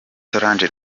solange